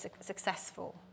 successful